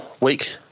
week